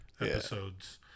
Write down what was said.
episodes